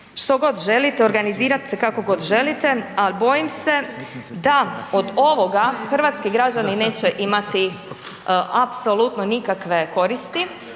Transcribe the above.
što god želite, organizirat se kako god želite, a bojim se da od ovoga hrvatski građani neće imati apsolutno nikakve koristi.